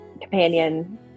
Companion